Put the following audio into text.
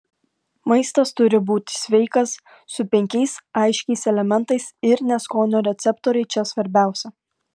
maistas turi būti sveikas su penkiais aiškiais elementais ir ne skonio receptoriai čia svarbiausia